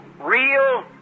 real